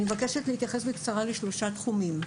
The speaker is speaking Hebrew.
אני מבקשת להתייחס בקצרה לשלושה תחומים.